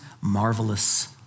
marvelous